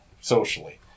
socially